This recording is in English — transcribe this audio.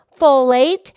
folate